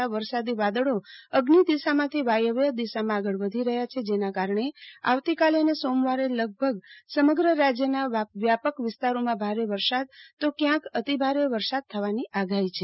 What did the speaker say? આ વરસાદી વાદળો અઝ્ઞિ દિશામાંથી વાયવ્ય દિશામાં આગળ વધી રહ્યા છેતેના કારણે આવતીકાલે અને સોમવારે લગભગ સમગ્ર રાજયમાં વ્યાપક વિસ્તારોમાં ભારે તો ક્યાંક અતિભારે વરસાદ થવાની આગાહી છે